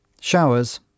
Showers